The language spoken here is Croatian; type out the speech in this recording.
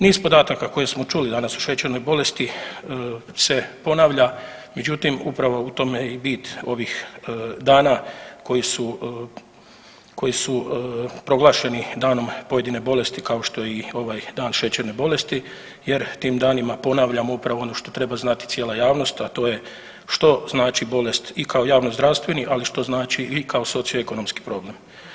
Niz podataka koje smo čuli danas o šećernoj bolesti se ponavlja, međutim upravo u tome je i bit ovih dana koji su, koji su proglašeni danom pojedine bolesti kao što je i ovaj Dan šećerne bolesti jer tim danima ponavljam upravo ono što treba znati cijela javnost, a to je što znači bolest i kao javnozdravstveni, ali što znači i kao socioekonomski problem.